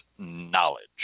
Knowledge